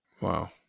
Wow